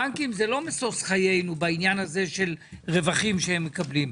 הבנקים זה לא משוש חיינו בעניין של רווחים שהם מקבלים.